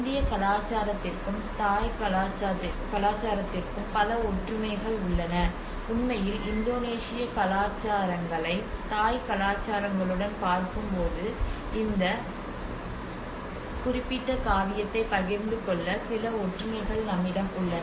இந்திய கலாச்சாரத்திற்கும் தாய் கலாச்சாரத்திற்கும் பல ஒற்றுமைகள் உள்ளன உண்மையில் இந்தோனேசிய கலாச்சாரங்களை தாய் கலாச்சாரங்களுடன் பார்க்கும்போது இந்த குறிப்பிட்ட காவியத்தைப் பகிர்ந்து கொண்ட சில ஒற்றுமைகள் நம்மிடம் உள்ளன